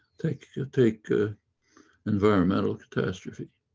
take ah take ah environmental catastrophe.